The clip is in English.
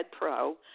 pro